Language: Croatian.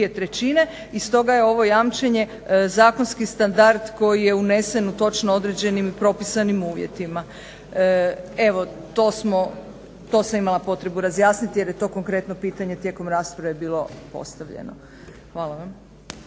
i stoga je ovo jamčenje zakonski standard koji je unesen u točno određenim propisanim uvjetima. Evo, to sam imala potrebu razjasniti jer je to konkretno pitanje tijekom rasprave bilo postavljeno. Hvala vam.